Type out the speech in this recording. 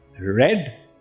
red